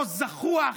ויבוא זחוח,